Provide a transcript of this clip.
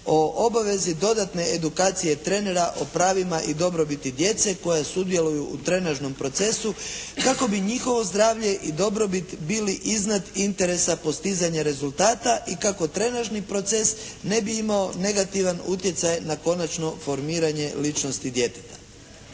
o obavezi dodatne edukacije trenera o pravima i dobrobiti djece koja sudjeluju u trenažnom procesu kako bi njihovo zdravlje i dobrobit bili iznad interesa postizanja rezultata. I kako trenažni proces ne bi imao negativan utjecaj na konačno formiranje ličnosti djeteta.